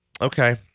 Okay